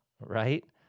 right